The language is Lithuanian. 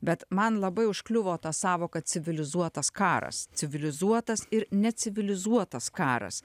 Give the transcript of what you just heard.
bet man labai užkliuvo ta sąvoka civilizuotas karas civilizuotas ir necivilizuotas karas